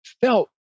felt